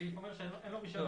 זה אומר שאין לו רישיון.